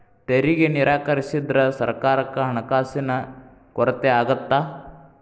ತೆರಿಗೆ ನಿರಾಕರಿಸಿದ್ರ ಸರ್ಕಾರಕ್ಕ ಹಣಕಾಸಿನ ಕೊರತೆ ಆಗತ್ತಾ